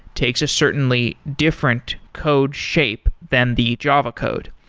takes a certainly different code shape than the java code.